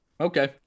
okay